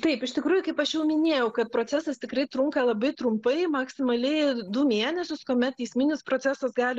taip iš tikrųjų kaip aš jau minėjau kad procesas tikrai trunka labai trumpai maksimaliai du mėnesius kuomet teisminis procesas gali